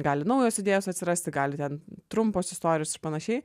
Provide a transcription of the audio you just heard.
gali naujos idėjos atsirasti gali ten trumpos istorijos ir panašiai